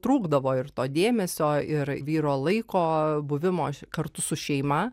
trūkdavo ir to dėmesio ir vyro laiko buvimo kartu su šeima